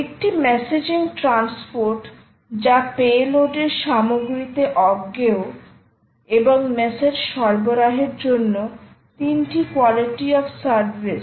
একটি messaging transport যা পে লোডের সামগ্রীতে অজ্ঞেয় এবং মেসেজ সরবরাহের জন্য 3 টি কোয়ালিটি অফ সার্ভিস